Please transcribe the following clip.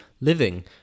living